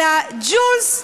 אלא ג'ולס טראמפ.